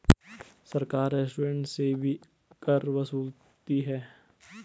सरकार रेस्टोरेंट से भी कर वसूलती है